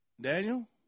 Daniel